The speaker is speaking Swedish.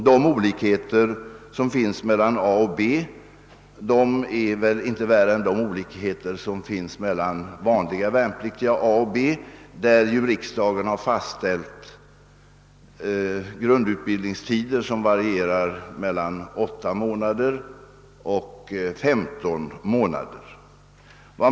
De olikheter som föreligger i behandlingen av värnpliktige A och värnpliktige B torde inte vara värre än vad som i viss utsträckning gäller för vanliga värnpliktiga för vilka riksdagen fastställt grundutbildningstider varierande mellan åtta och femton månader.